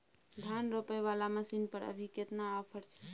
धान रोपय वाला मसीन पर अभी केतना ऑफर छै?